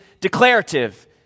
declarative